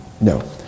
no